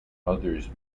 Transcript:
others